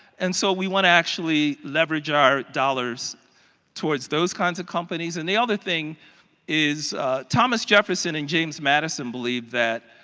and so we want to actually leverage our dollars towards those kinds of companies and the other thing is thomas jefferson and james madison believe that